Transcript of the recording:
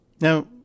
Now